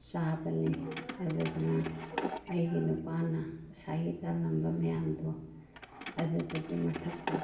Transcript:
ꯆꯥꯕꯅꯤ ꯑꯗꯨꯗꯨꯅ ꯑꯩꯒꯤ ꯅꯨꯄꯥꯅ ꯉꯁꯥꯏꯒꯤ ꯇꯥꯜꯂꯝꯕ ꯃꯌꯥꯝꯗꯣ ꯑꯗꯨꯗꯨꯒꯤ ꯃꯊꯛꯇ